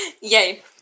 Yay